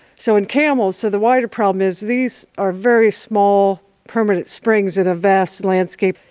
so in camels, so the wider problem is these are very small permanent springs in a vast landscape,